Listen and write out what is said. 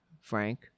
frank